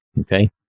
okay